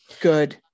Good